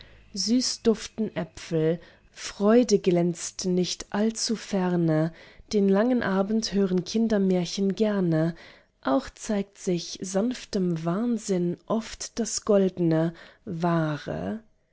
süß duften äpfel freude glänzt nicht allzu ferne den langen abend hören kinder märchen gerne auch zeigt sich sanftem wahnsinn oft das goldne wahre